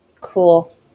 Cool